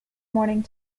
morning